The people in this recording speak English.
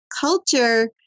culture